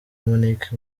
munich